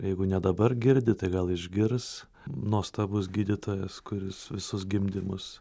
jeigu ne dabar girdi tai gal išgirs nuostabus gydytojas kuris visus gimdymus